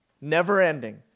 never-ending